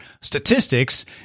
statistics